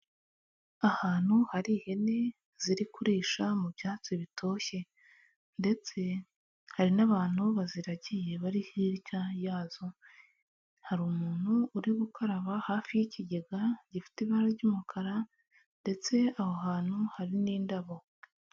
Ahantu hari ihene ziri kurisha mu byatsi bitoshye, ndetse hari n'abantu baziragiye bari hirya yazo, hari umuntu uri gukaraba hafi y'ikigega gifite ibara ry'umukara, ndetse aho hantu hari n'indabo.